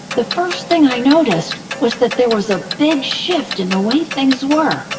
the first thing i noticed was that there was a big shift in the way things were.